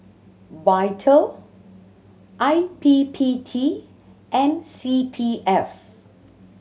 Vital I P P T and C P F